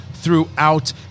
throughout